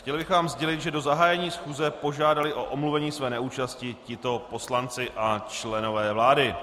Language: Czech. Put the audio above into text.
Chtěl bych vám sdělit, že do zahájení schůze požádali o omluvení své neúčasti tito poslanci a členové vlády: